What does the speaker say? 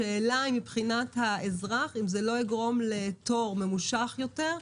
השאלה מבחינת האזרח האם זה לא יגרום לתור ממושך יותר.